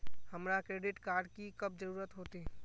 हमरा credit card की कब जरूरत होते?